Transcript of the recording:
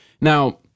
now